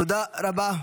תודה רבה.